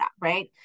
right